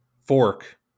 fork